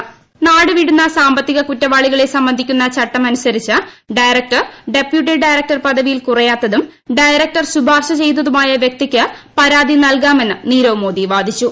ന്ടാട് വിടുന്ന സാമ്പത്തിക കുറ്റവാളികളെ സംബന്ധിക്കുന്ന ച്ചട്ടുട്ട് ് അനുസരിച്ച് ഡയറക്ടർ ഡെപ്യൂട്ടി ഡയറക്ടർ പദവിയിൽ ക്കുടിയാത്തതും ഡയറക്ടർ ശുപാർശ ചെയ്യുന്നതുമായ വ്യക്തിക്ക് പരാ്തി നീൽകാമെന്ന് നീരവ് മോദി വാദിച്ചു